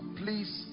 please